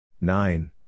Nine